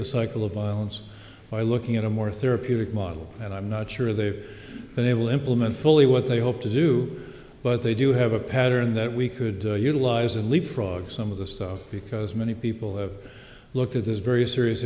the cycle of violence by looking at a more therapeutic model and i'm not sure they've been able to implement fully what they hope to do but they do have a pattern that we could utilize and leapfrog some of the stuff because many people have looked at this very serious